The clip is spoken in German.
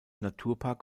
naturpark